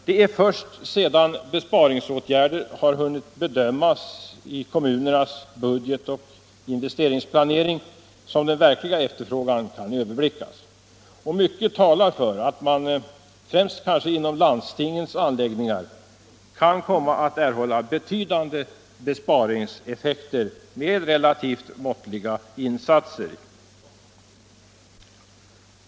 Det är först sedan besparingsåtgärder hunnit bedömas i kommunernas budgetoch investeringsplanering som den verkliga efterfrågan kan överblickas. Mycket talar för att man kanske — främst hos landstingens anläggningar — kan komma att erhålla betydande besparingseffekter med relativt måttliga insatser.